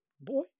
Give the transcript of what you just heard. boy